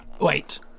Wait